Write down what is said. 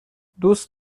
دوست